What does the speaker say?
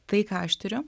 tai ką aš tiriu